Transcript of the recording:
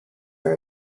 are